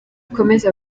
ikomeze